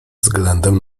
względem